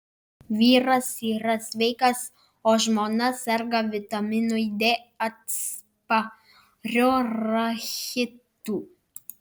vyras yra sveikas o žmona serga vitaminui d atspariu rachitu